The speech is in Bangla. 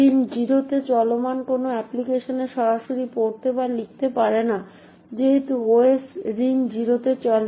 রিং জিরোতে চলমান কোনও অ্যাপ্লিকেশনে সরাসরি পড়তে বা লিখতে পারে না যেহেতু ওএস রিং জিরোতে চলে